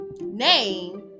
name